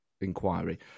inquiry